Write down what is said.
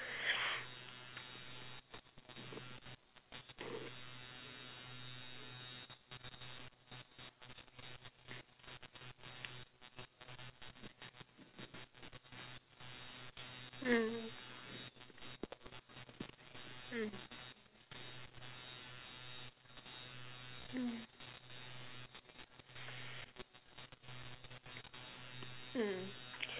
mm mm mm mm